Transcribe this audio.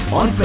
on